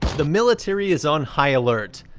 the military is on high alert.